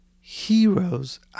heroes